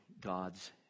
God's